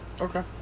Okay